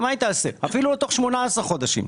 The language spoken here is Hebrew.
או אפילו תוך 18 חודשים?